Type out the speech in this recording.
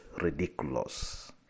ridiculous